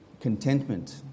contentment